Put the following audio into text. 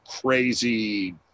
crazy